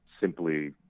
simply